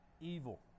evil